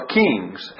kings